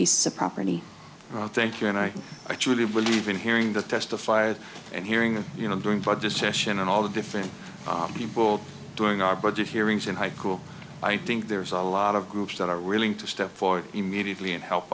piece of property i thank you and i i truly believe in hearing that testified and hearing you know doing for this session and all the different people doing our budget hearings in high school i think there's a lot of groups that are willing to step forward immediately and help